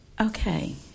Okay